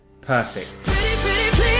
Perfect